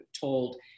told